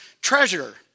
treasure